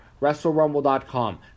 WrestleRumble.com